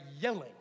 yelling